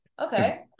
okay